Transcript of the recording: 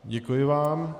Děkuji vám.